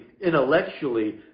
intellectually